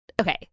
okay